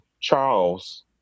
Charles